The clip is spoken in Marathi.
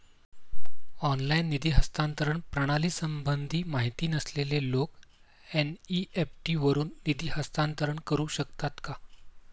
ऑनलाइन निधी हस्तांतरण प्रणालीसंबंधी माहिती नसलेले लोक एन.इ.एफ.टी वरून निधी हस्तांतरण करू शकतात का?